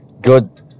good